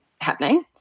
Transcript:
happening